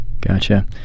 Gotcha